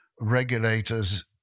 regulators